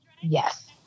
Yes